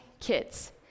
kids